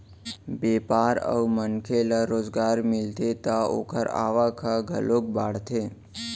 बेपार अउ मनखे ल रोजगार मिलथे त ओखर आवक ह घलोक बाड़थे